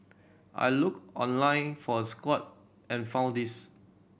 I looked online for a squat and found this